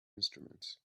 instruments